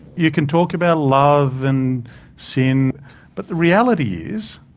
you can talk about love and sin but the reality is,